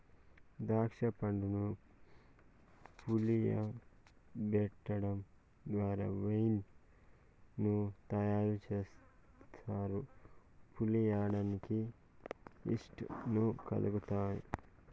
దాక్ష పండ్లను పులియబెటడం ద్వారా వైన్ ను తయారు చేస్తారు, పులియడానికి ఈస్ట్ ను కలుపుతారు